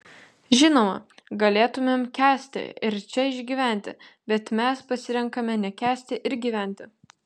žinoma galėtumėm kęsti ir čia išgyventi bet mes pasirenkame nekęsti ir gyventi